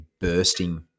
bursting